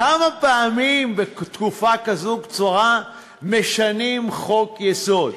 כמה פעמים בתקופה כזאת קצרה משנים חוק-יסוד?